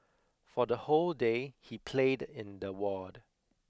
for the whole day he played in the ward